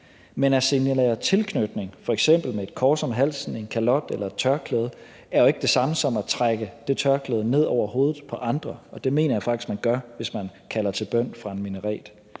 Men at signalere tilknytning f.eks. med et kors om halsen, en kalot eller et tørklæde er jo ikke det samme som at trække det tørklæde ned over hovedet på andre. Og det mener jeg faktisk at man gør, hvis man kalder til bøn fra en minaret